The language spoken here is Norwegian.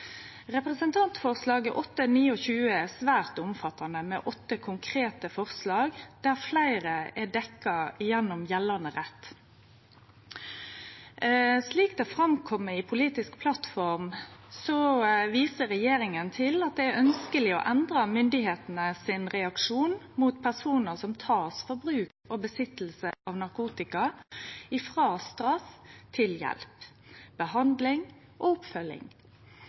Representantforslaget i Dokument 8:29 er svært omfattande, med åtte konkrete forslag, der fleire er dekte gjennom gjeldande rett. Som det kjem fram av den politiske plattforma, viser regjeringa til at det er ønskjeleg å endre styresmaktenes reaksjon mot personar som blir tekne for bruk og innehav av narkotika – frå straff til hjelp, behandling og oppfølging.